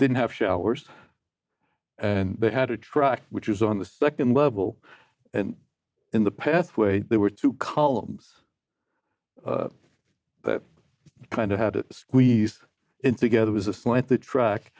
didn't have showers and they had a truck which is on the second level in the pathway there were two columns that kind of had to squeeze in together was aslant the track